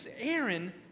Aaron